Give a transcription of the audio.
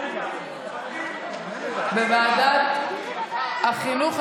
בוועדת החינוך,